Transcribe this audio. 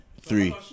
three